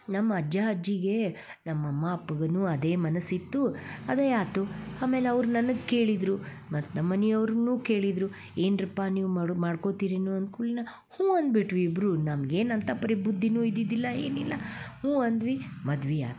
ನಮ್ಮ ಅಜ್ಜ ಅಜ್ಜಿಗೆ ನಮ್ಮ ಅಮ್ಮ ಅಪ್ಪಗನು ಅದೇ ಮನಸ್ಸಿತ್ತು ಅದೇ ಆಯ್ತು ಆಮೇಲೆ ಅವ್ರು ನನಗೆ ಕೇಳಿದರು ಮತ್ತು ನಮ್ಮ ಮನೆಯವ್ರ್ನೂ ಕೇಳಿದರು ಏನ್ರಪ್ಪ ನೀವು ಮಾಡು ಮಾಡ್ಕೊತೀರಾ ಏನು ಅಂದು ಕೂಡ್ಲೇನ ಹ್ಞೂ ಅಂದ್ಬಿಟ್ವಿ ಇಬ್ಬರೂ ನಮ್ಗೇನು ಅಂಥ ಪರಿ ಬುದ್ಧಿಯೂ ಇದ್ದಿದಿಲ್ಲ ಏನಿಲ್ಲ ಹ್ಞೂ ಅಂದ್ವಿ ಮದ್ವೆ ಆತು